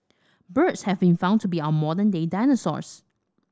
birds have been found to be our modern day dinosaurs